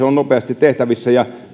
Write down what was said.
on nopeasti tehtävissä ja